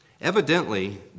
Evidently